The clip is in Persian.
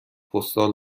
پستال